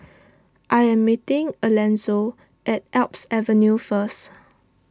I am meeting Elonzo at Alps Avenue first